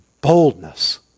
boldness